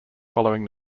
following